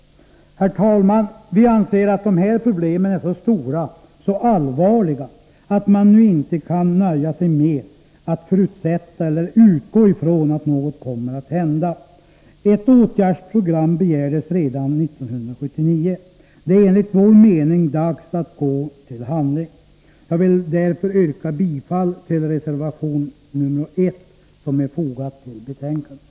Herr talman! Vi anser att de här problemen är så stora och så allvarliga att man nu inte kan nöja sig med att förutsätta eller att utgå ifrån att något kommer att hända. Ett åtgärdsprogram begärdes redan 1979. Det är enligt vår mening dags att gå till handling. Jag vill därför yrka bifall till reservation 1, som är fogad till betänkandet.